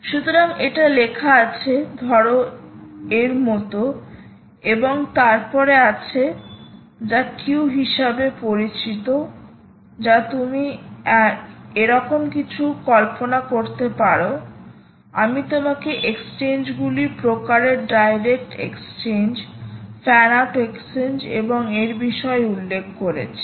সুতরাং এটা লেখা আছে ধরো এর মত এবং তারপরে আছে যা কিউ হিসাবে পরিচিত যা তুমি এরকম কিছু কল্পনা করতে পারো আমি তোমাকে এক্সচেঞ্জগুলির প্রকারের direct exchange fan out exchange এবং এর বিষয়ে উল্লেখ করেছি